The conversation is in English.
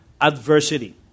adversity